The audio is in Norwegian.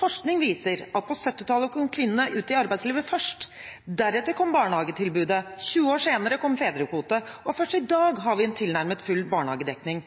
Forskning viser at på 1970-tallet kom kvinnene ut i arbeidslivet først. Deretter kom barnehagetilbudet. 20 år senere kom fedrekvote, og først i dag har vi en tilnærmet full barnehagedekning.